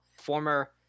former